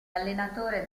allenatore